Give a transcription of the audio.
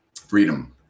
Freedom